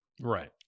Right